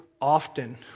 often